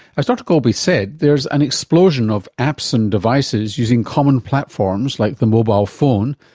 as dr golby said, there is an explosion of apps and devices using common platforms like the mobile phone,